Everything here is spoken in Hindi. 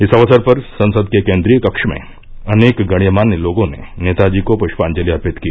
इस अवसर पर संसद के केन्द्रीय कक्ष में अनेक गण्यमान्य लोगों ने नेताजी को पुष्पांजलि अर्पित की